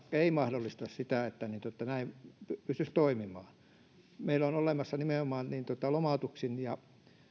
ei mahdollista sitä että näin pystyisi toimimaan meillä on olemassa nimenomaan lomautuksien ja